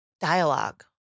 dialogue